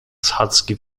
schadzki